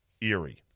eerie